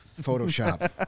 Photoshop